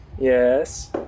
Yes